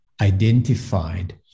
identified